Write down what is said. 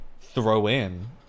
throw-in